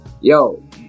Yo